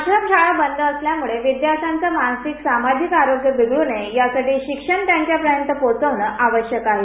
आश्रमशाळा बंद असल्यामुळे विद्यार्थ्याचं मानसिक सामाजिक आरोग्य बिघडू नये यासाठी शिक्षण त्यांच्यापर्यंत पोहचंवण आवश्यक आहे